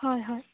হয় হয়